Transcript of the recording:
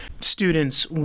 students